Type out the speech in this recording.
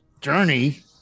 journey